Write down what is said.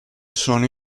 sono